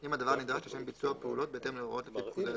אם הדבר נדרש לשם ביצוע פעולות בהתאם להוראות לפי פקודה זו.